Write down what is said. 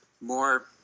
more